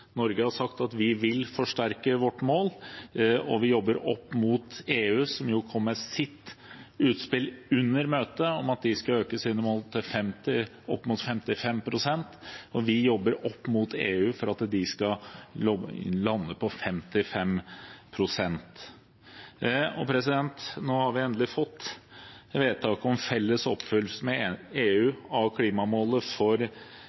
Norge har sagt at vi vil forsterke våre mål, og vi har jobbet opp mot EU, som kom med sitt utspill under møtet, om at de skal øke sine mål til opp mot 55 pst. Vi jobber opp mot EU for at de skal lande på 55 pst. Nå har vi endelig fått vedtak om felles oppfyllelse med EU av klimamålet for